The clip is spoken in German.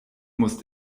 musst